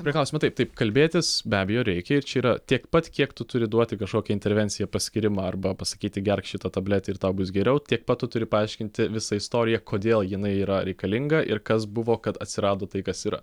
prie klausimo taip taip kalbėtis be abejo reikia ir čia yra tiek pat kiek tu turi duoti kažkokią intervenciją paskyrimą arba pasakyti gerk šitą tabletę ir tau bus geriau tiek pat tu turi paaiškinti visą istoriją kodėl jinai yra reikalinga ir kas buvo kad atsirado tai kas yra